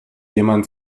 jemand